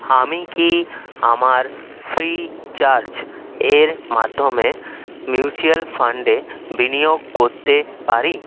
আমি কি আমার ফ্রিচার্জ এর মাধ্যমে মিউচ্যুয়াল ফান্ডে বিনিয়োগ করতে পারি